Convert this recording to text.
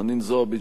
חנין זועבי,